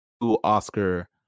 Oscar